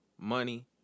money